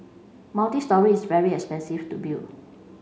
multistory is very expensive to build